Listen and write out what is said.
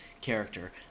character